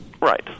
Right